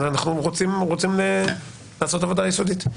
אנחנו רוצים לעשות עבודה יסודית.